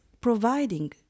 providing